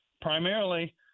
primarily